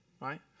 right